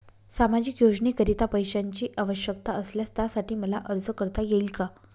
सामाजिक योजनेकरीता पैशांची आवश्यकता असल्यास त्यासाठी मला अर्ज करता येईल का?